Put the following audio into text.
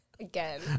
Again